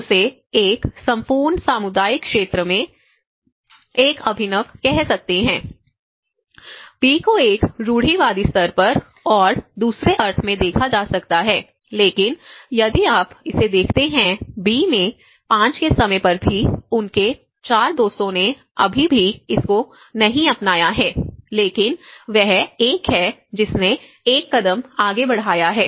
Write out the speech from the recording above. हम उसे एक संपूर्ण सामुदायिक क्षेत्र में एक अभिनव कह सकते हैं बी को एक रूढ़िवादी स्तर पर और दूसरे अर्थ में देखा जा सकता है लेकिन यदि आप इसे देखते हैं बी में 5 के समय पर भी उनके 4 दोस्तों ने अभी भी इसको नहीं अपनाया है लेकिन वह एक है जिसने एक कदम आगे बढ़ाया है